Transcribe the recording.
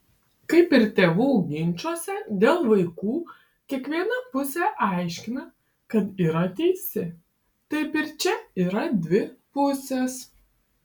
kaip ir tėvų ginčuose dėl vaikų kiekviena pusė aiškina kad yra teisi taip ir čia yra dvi pusės